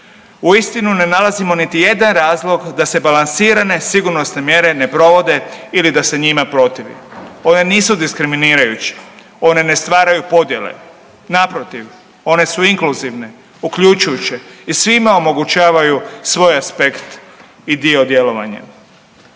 Uistinu ne nalazimo niti jedan razlog da se balansirane sigurnosne mjere ne provode ili da se njima protivi. One nisu diskriminirajuće, one ne stvaraju podjele, naprotiv one su inkluzivne uključujuće i svima omogućavaju svoj aspekt i dio djelovanja.